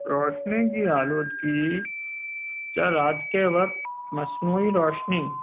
روشنی کی آلودگی کیا رات کے وقت مصنوعی روشنی